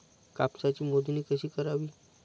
कापसाची मोजणी कशी करावी?